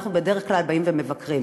אנחנו בדרך כלל באים ומבקרים,